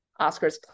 oscars